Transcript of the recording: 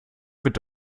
wird